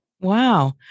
Wow